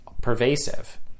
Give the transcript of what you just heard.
pervasive